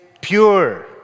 pure